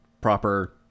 Proper